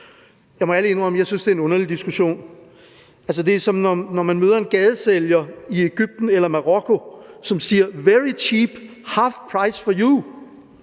Jeg må ærligt indrømme, at jeg synes, det er en underlig diskussion. Det er, som når man møder en gadesælger i Egypten eller Marokko, som siger: Very cheep, half price for you.